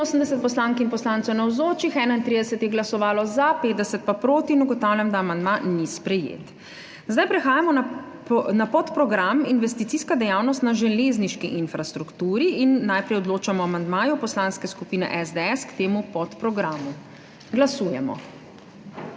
je glasovalo za, 50 pa proti. (Za je glasovalo 31.) (Proti 50.) Ugotavljam, da amandma ni sprejet. Prehajamo na podprogram Investicijska dejavnost na železniški infrastrukturi in najprej odločamo o amandmaju Poslanske skupine SDS k temu podprogramu. Glasujemo.